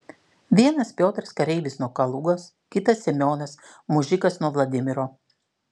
vienas piotras kareivis nuo kalugos kitas semionas mužikas nuo vladimiro